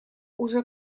уже